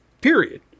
Period